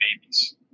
babies